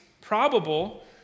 probable